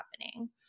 happening